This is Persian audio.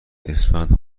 اسفند